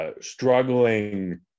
struggling